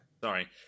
Sorry